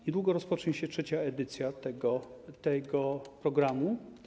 Niedługo rozpocznie się trzecia edycja tego programu.